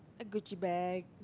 Gucci bag